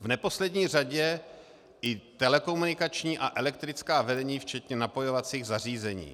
V neposlední řadě i telekomunikační a elektrická vedení včetně napojovacích zařízení.